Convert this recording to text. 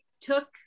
took